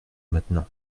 maintenant